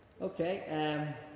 okay